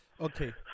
Okay